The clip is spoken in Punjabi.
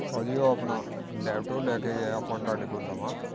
ਭਾਅ ਜੀ ਉਹ ਆਪਣਾ ਲੈਪਟੋਪ ਲੈ ਕੇ ਗਿਆ ਆਪਾਂ ਤੁਹਾਡੇ ਕੋਲੋਂ ਨਵਾਂ